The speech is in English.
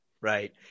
right